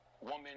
woman